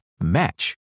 match